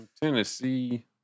Tennessee